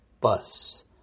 bus